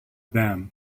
them